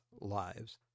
lives